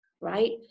Right